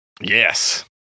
Yes